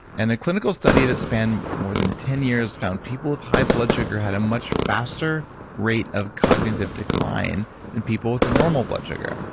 and a clinical study that spent more than ten years found people with high blood sugar had a much faster rate of cognitive decline than people with normal blood sugar,